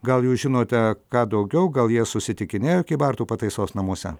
gal jau žinote ką daugiau gal jie susitikinėjo kybartų pataisos namuose